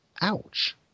Ouch